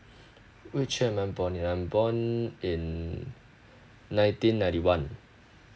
which year am I born in I'm born in nineteen ninety one